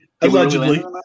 Allegedly